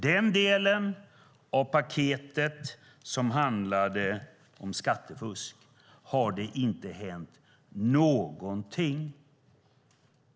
Men den del av paketet som handlade om skattefusk har det inte hänt någonting med.